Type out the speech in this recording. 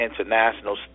International